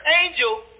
angel